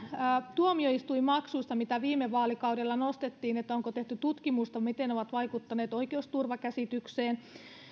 tuomioistuinmaksuista mitä viime vaalikaudella nostettiin että onko tehty tutkimusta miten ne ovat vaikuttaneet oikeusturvakäsitykseen